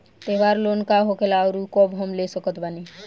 त्योहार लोन का होखेला आउर कब हम ले सकत बानी?